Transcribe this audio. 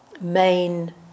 main